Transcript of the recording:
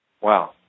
Wow